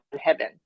heaven